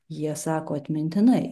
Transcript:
jie sako atmintinai